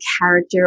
character